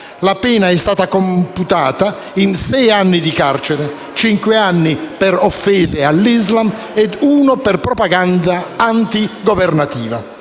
La pena è stata computata in sei anni di carcere, cinque anni per offese all'Islam e uno per propaganda anti-governativa.